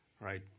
right